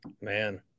Man